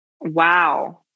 Wow